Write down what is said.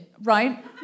Right